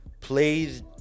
please